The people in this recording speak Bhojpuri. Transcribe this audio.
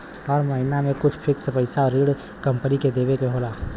हर महिना में कुछ फिक्स पइसा ऋण कम्पनी के देवे के होला